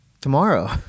Tomorrow